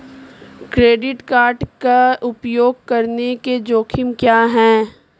Credit card का उपयोग करने के जोखिम क्या हैं?